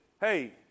hey